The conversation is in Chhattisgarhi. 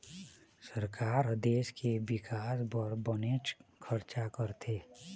सरकार ह देश के बिकास बर बनेच खरचा करथे